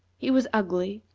he was ugly,